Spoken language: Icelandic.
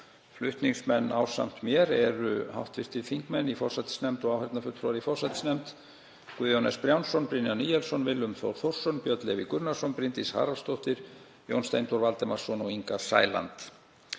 Flutningsmenn ásamt mér eru hv. þingmenn í forsætisnefnd og áheyrnarfulltrúar í forsætisnefnd, Guðjón S. Brjánsson, Brynjar Níelsson, Willum Þór Þórsson, Björn Leví Gunnarsson, Bryndís Haraldsdóttir, Jón Steindór Valdimarsson og Inga Sæland.